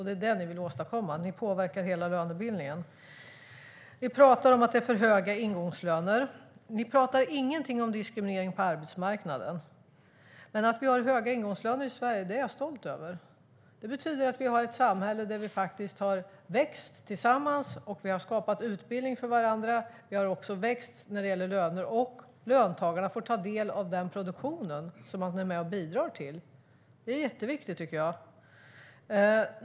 Det är vad ni vill åstadkomma genom att påverka hela lönebildningen. Ni pratar om att det är för höga ingångslöner. Ni pratar ingenting om diskriminering på arbetsmarknaden. Men jag är stolt över att det råder höga ingångslöner i Sverige. Det betyder att vi har ett samhälle där vi växer tillsammans, där det finns utbildning för alla och att löntagarna får ta del av produktionen som de är med och bidrar till. Det är viktigt.